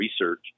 research